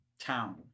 town